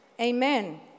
Amen